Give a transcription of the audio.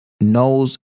knows